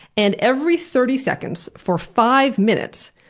and every thirty seconds, for five minutes,